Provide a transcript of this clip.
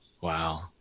Wow